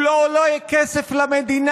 הוא לא עולה כסף למדינה,